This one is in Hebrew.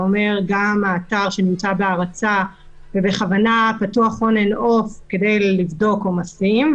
זה אומר שגם האתר שנמצא בהרצה ובכוונה פתוח לסירוגין כדי לבדוק עומסים,